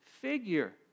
figure